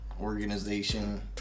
Organization